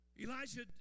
Elijah